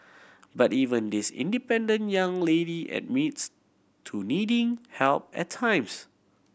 but even this independent young lady admits to needing help at times